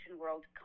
world